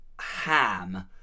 ham